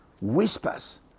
whispers